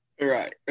Right